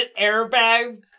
airbag